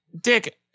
Dick